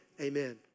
amen